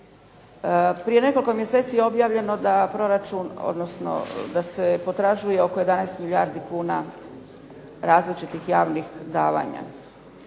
Prije nekoliko mjeseci je objavljeno da proračun odnosno da se potražuje oko 11 milijardi kuna različitih javnih davanja.